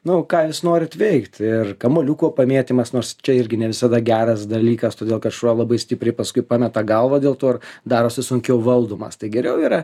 nu ką jūs norit veikt ir kamuoliuko pamėtymas nors čia irgi ne visada geras dalykas todėl kad šuo labai stipriai paskui pameta galvą dėl to ir darosi sunkiau valdomas tai geriau yra